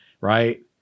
right